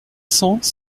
cents